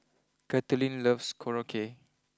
Kathleen loves Korokke